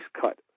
cut